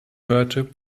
hörte